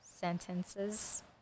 sentences